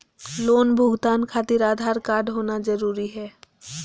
Loan भुगतान खातिर Aadhaar card होना जरूरी है?